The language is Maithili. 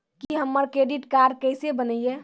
की हमर करदीद कार्ड केसे बनिये?